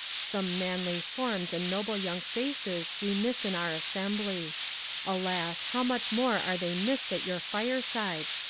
some manly forms and noble young faces we miss in our assembly alas, how much more are they missed at your firesides,